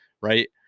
right